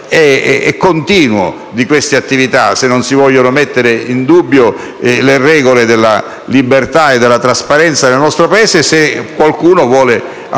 e continuo di queste attività, se non si vogliono mettere in dubbio le regole della libertà e della trasparenza nel nostro Paese e se vogliamo evitare